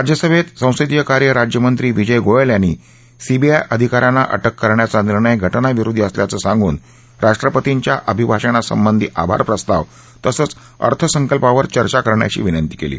राज्यसभेत संसदीय कार्य राज्यमंत्री विजय गोयल यांनी सीबीआय अधिका यांना अटक करण्याचा निर्णय घटनाविरोधी असल्याचं सांगून राष्ट्रपतींच्या अभिभाषणासंबंधी आभार प्रस्ताव तसंच अर्थसंकल्पावर चर्चा करण्याची विनंती केली